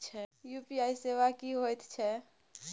UPI सेवा की होयत छै?